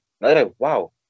Wow